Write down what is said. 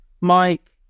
Mike